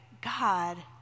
God